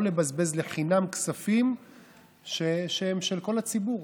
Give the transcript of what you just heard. לא לבזבז לחינם כספים שהם של כל הציבור,